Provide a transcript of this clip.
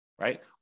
right